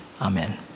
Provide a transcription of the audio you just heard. Amen